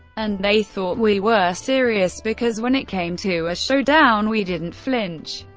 and they thought we were serious, because when it came to a show-down, we didn't flinch.